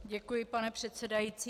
Děkuji, pane předsedající.